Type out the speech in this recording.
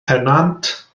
pennant